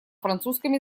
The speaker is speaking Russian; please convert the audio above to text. французском